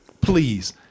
Please